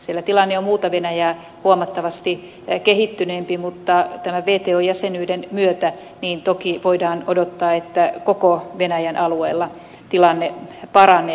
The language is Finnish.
siellä tilanne on muuta venäjää huomattavasti kehittyneempi mutta tämän wto jäsenyyden myötä toki voidaan odottaa että koko venäjän alueella tilanne paranee